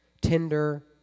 Tinder